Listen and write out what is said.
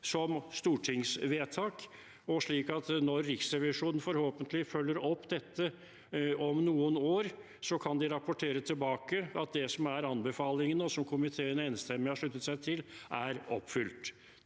som et stortingsvedtak, slik at når Riksrevisjonen forhåpentlig følger opp dette om noen år, kan den rapportere tilbake at det som er anbefalingene, og som komiteen enstemmig har sluttet seg til, er oppfylt.